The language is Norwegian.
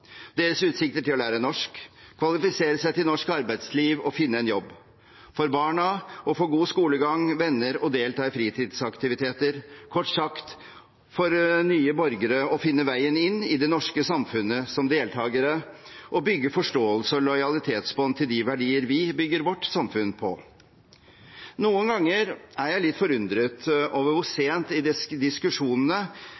deres utsikter til å lære seg norsk, kvalifisere seg til norsk arbeidsliv og finne en jobb, for barna å få god skolegang, venner og delta i fritidsaktiviteter – kort sagt for nye borgere å finne veien inn i det norske samfunnet som deltagere og bygge forståelse og lojalitetsbånd til de verdiene vi bygger vårt samfunn på. Noen ganger er jeg litt forundret over